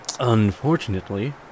Unfortunately